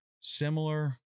similar